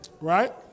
Right